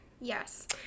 yes